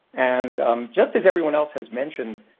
and just, as everyone else has mentioned,